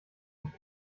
ich